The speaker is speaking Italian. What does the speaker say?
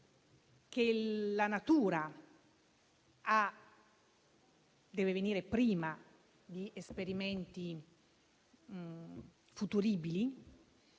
che la natura deve venire prima di esperimenti futuribili,